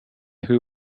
who